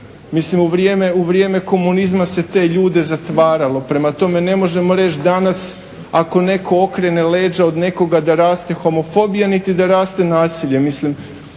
Mislim u vrijeme komunizma se te ljude zatvaralo, prema tome ne možemo reći danas ako netko okrene leđa od nekoga da raste homofobija niti da raste nasilje.